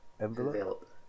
Envelope